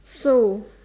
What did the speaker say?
so